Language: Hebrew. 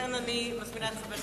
לכן, אני מזמינה את חבר הכנסת